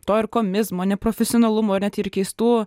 to ir komizmo neprofesionalumo ir net ir keistų